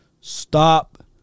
stop